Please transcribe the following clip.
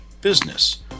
business